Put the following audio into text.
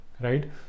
right